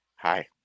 Hi